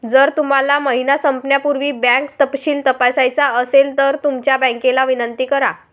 जर तुम्हाला महिना संपण्यापूर्वी बँक तपशील तपासायचा असेल तर तुमच्या बँकेला विनंती करा